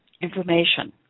information